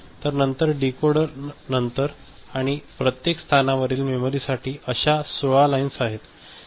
तर डीकोडरनंतर आणि प्रत्येक स्थानावरील मेमरीसाठी अशा 16 लाईन्स आहेत त्याकरिता अशा चार बिट लागत आहे